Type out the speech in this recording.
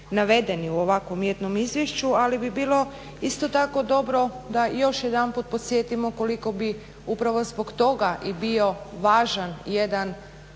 navedeni u ovakvom jednom izvješću, ali bi bilo isto tako dobro da još jedanput podsjetimo koliko bi upravo zbog toga i bio važan jedan